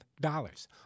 dollars